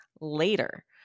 later